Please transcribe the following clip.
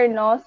no